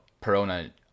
Perona